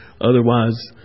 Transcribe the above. Otherwise